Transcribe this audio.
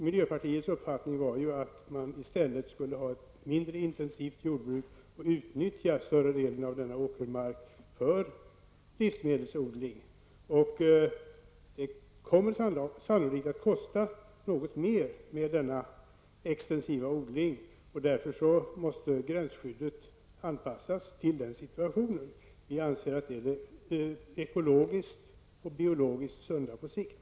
Miljöpartiets uppfattning var att man i stället skulle ha ett mindre intensivt jordbruk och utnyttja större delen av denna åkermark för odling av livsmedel. Det kommer sannolikt att kosta något mer med en extensiv odling. Därför måste gränsskyddet anpassas till den situationen. Vi anser att det är det ekologiskt och biologiskt sunda på sikt.